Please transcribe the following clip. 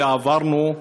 ועברנו,